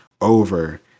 over